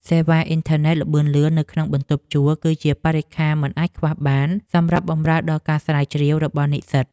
សេវាអ៊ីនធឺណិតល្បឿនលឿននៅក្នុងបន្ទប់ជួល គឺជាបរិក្ខារមិនអាចខ្វះបានសម្រាប់បម្រើដល់ការស្រាវជ្រាវរបស់និស្សិត។